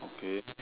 okay